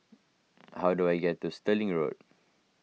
how do I get to Stirling Road